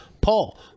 Paul